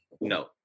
No